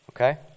Okay